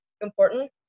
important